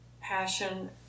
passion